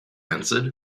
answered